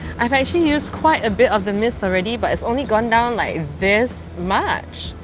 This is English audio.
i've actually used quite a bit of the mist already but it's only gone down like this much.